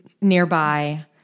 nearby